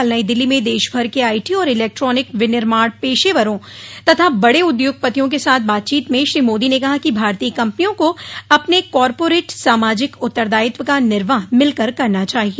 कल नई दिल्ली में देशभर के आईटी और इलेक्ट्रॉनिक विनिर्माण पेशेवरों तथा बड़े उद्योगपतियों के साथ बातचीत में श्री मोदी ने कहा कि भारतीय कंपनियों को अपने कॉर्पोरेट सामाजिक उत्तरदायित्व का निर्वाह मिलकर करना चाहिए